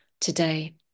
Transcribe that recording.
today